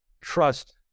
trust